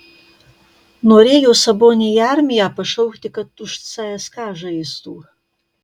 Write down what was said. norėjo sabonį į armiją pašaukti kad už cska žaistų